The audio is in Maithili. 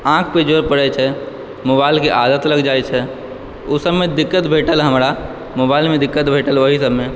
आँखपे जोर परैत छै मोबाइलके आदत लगि जाइ छै ओसभमे दिक्कत भेटल हमरा मोबाइलमे दिक्कत भेटल ओहि सभमे